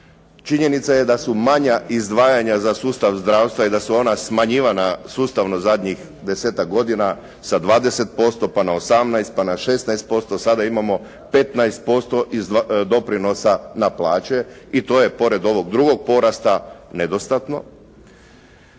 Činjenica je da su manja izdvajanja za sustav zdravstva i da su ona smanjivanja sustavno zadnjih desetak godina sa 20% pa na 18, pa na 16%, sada imamo 15% doprinosa na plaće i to je pored ovog drugog porasta nedostatno.